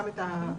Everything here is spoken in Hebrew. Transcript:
גם את החובה,